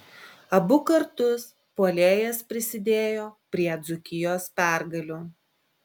abu kartus puolėjas prisidėjo prie dzūkijos pergalių